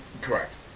Correct